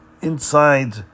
inside